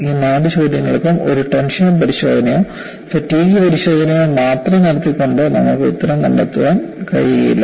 ഈ നാല് ചോദ്യങ്ങൾക്കും ഒരു ടെൻഷൻ പരിശോധനയോ ഫാറ്റിഗ് പരിശോധനയോ മാത്രം നടത്തിക്കൊണ്ട് നമുക്ക് ഉത്തരം കണ്ടെത്താൻ കഴിയില്ല